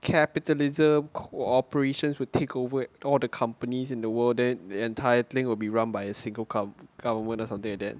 capitalism cooperations will takeover all the companies in the world then the entire thing will be run by a single gov~ government or something like that